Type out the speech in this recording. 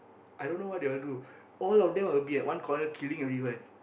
i don't know what they will do all of them will be at one corner killing everyone